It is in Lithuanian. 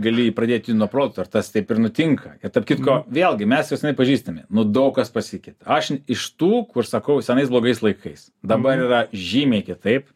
galėjai pradėti nuo produkto ir tas taip ir nutinka ir tarp kitko vėlgi mes jau senai pažįstami nu daug kas pasikeitė aš iš tų užsakovų senais blogais laikais dabar yra žymiai kitaip